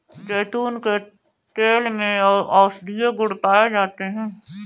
जैतून के तेल में औषधीय गुण पाए जाते हैं